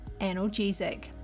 analgesic